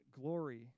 glory